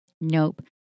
Nope